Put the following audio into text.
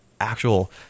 actual